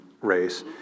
race